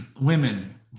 women